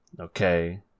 Okay